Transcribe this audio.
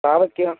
പാവയ്ക്കയോ